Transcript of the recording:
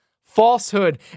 Falsehood